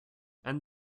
and